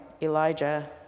Elijah